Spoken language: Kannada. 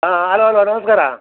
ಹಾಂ ಅಲೋ ಅಲೋ ನಮಸ್ಕಾರ